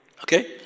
Okay